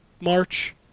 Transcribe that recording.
March